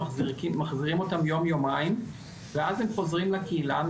מחזירים אותם יום יומיים ואז הם חוזרים לקהילה,